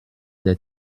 des